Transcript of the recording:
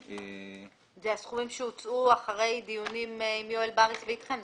אלה הסכומים שהוצעו אחרי דיונים עם יואל בריס ואתכם.